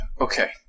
Okay